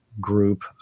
group